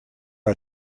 are